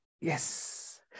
Yes